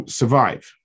survive